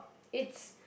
it's